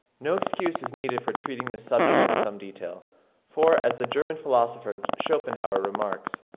no excuse is needed for treating this subject in some detail for, as the german philosopher schopenhauer remarks,